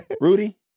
Rudy